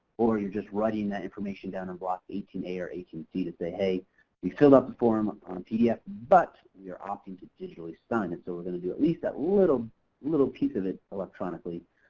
or you're just writing that information down in block eighteen a or eighteen c to say hey we filled out the form on pdf, but we are opting to digitally sign it, so we're going to do at least that little little piece of it electronically.